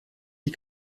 die